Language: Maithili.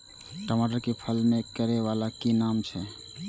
टमाटर के फल में छेद करै वाला के कि नाम छै?